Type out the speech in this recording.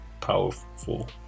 powerful